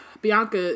Bianca